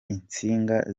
insinga